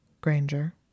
Granger